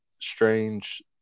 strange